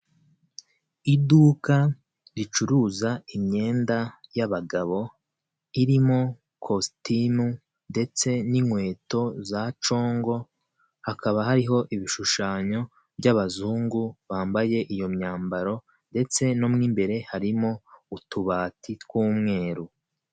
Umuhanda mwiza wa kaburimbo urimo kugenderamo ibinyabiziga ndetse n'abanyamaguru, uyu muhanda ni mwiza ukikijwe n'ibiti by'amatara biwucanira ni mugoroba hatabona ndetse ukagira aho abanyamaguru bambukira, umuhanda ukikijwe n'ibiti byiza ndetse n'indabo z'ubwoko butandukanye, ndetse hirya hakaba hari ahapavomye, aho ariho abanyamaguru bagendera.